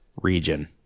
region